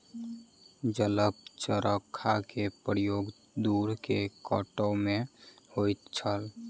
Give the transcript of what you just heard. जलक चरखा के प्रयोग तूर के कटै में होइत छल